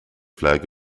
flag